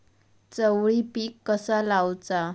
चवळी पीक कसा लावचा?